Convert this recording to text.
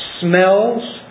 smells